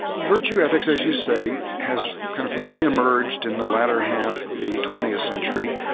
virtue ethics, as you say, has kind of re-emerged in the latter half of the twentieth century,